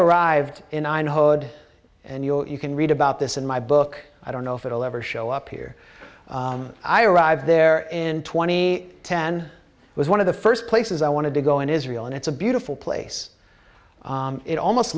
arrived in and hoed and you know you can read about this in my book i don't know if it will ever show up here i arrived there in twenty ten was one of the first places i wanted to go in israel and it's a beautiful place it almost